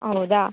ಹೌದಾ